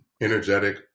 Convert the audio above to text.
energetic